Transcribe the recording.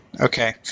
Okay